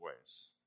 ways